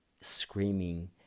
screaming